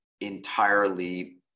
entirely